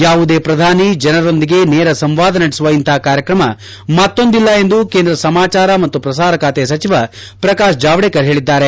ಯಾವುದೇ ಪ್ರಧಾನಿ ಜನರೊಂದಿಗೆ ನೇರ ಸಂವಾದ ನಡೆಸುವ ಇಂತಪ ಕಾರ್ಯಕ್ರಮ ಮತ್ತೊಂದಿಲ್ಲ ಎಂದು ಕೇಂದ್ರ ಸಮಾಚಾರ ಮತ್ತು ಪ್ರಸಾರ ಖಾತೆ ಸಚಿವ ಪ್ರಕಾಶ್ ಜಾವಡೇಕರ್ ಹೇಳಿದ್ದಾರೆ